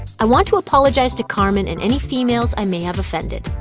i want to apologize to carmen and any females i may have offended.